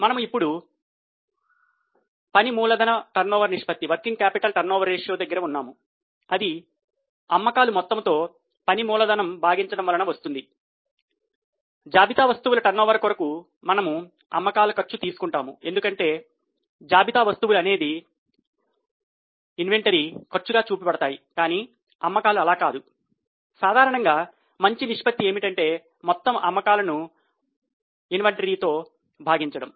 మనము ఇప్పుడు పని మూలధన టర్నోవర్ నిష్పత్తి తో భాగించడం